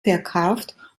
verkauft